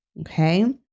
okay